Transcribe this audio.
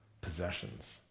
possessions